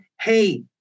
hey